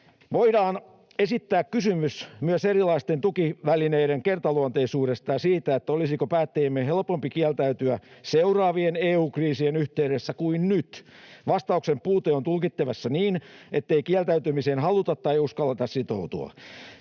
Voidaan esittää kysymys myös erilaisten tukivälineiden kertaluonteisuudesta ja siitä, olisiko päättäjiemme helpompi kieltäytyä seuraavien EU-kriisien yhteydessä kuin nyt. Vastauksen puute on tulkittavissa niin, ettei kieltäytymiseen haluta tai uskalleta sitoutua.